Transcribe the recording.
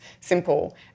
simple